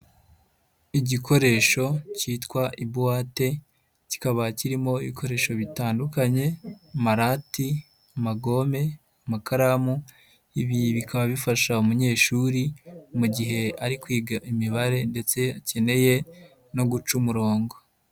Igikoresho cyitwa ibuwate, kikaba kirimo ibikoresho bitandukanye amarati, magome, amakaramu, ibi bikaba bifasha umunyeshuri mu gihe ari kwiga imibare ndetse akeneye no guca umurongo.